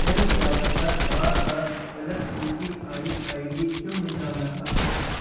M swipe پر بار بار غلط UPI ID کیوں دکھا رہا ہے